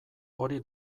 hori